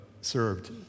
served